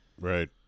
Right